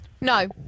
No